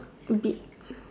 did